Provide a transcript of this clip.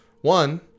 One